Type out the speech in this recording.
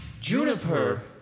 Juniper